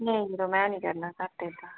नेईं जरो में निं करना घट्ट एह्दा शा